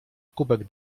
kubek